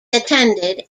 attended